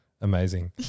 Amazing